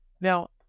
now